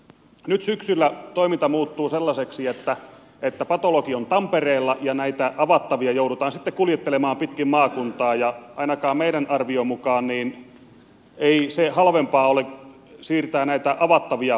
nyt syksyllä toiminta muuttuu sellaiseksi että patologi on tampereella ja näitä avattavia joudutaan sitten kuljettelemaan pitkin maakuntaa ja ainakaan meidän arviomme mukaan ei se halvempaa ole siirtää näitä avattavia